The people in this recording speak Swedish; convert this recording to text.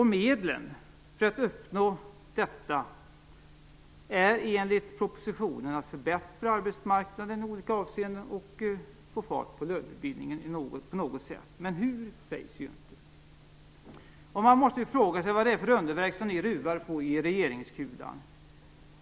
Medlen för att uppnå detta är, enligt propositionen, att förbättra arbetsmarknaden i olika avseenden och få fart på lönebildningen på något sätt. Men hur, det sägs inte. Man måste fråga sig vad det är för underverk som ni ruvar på i regeringskulan.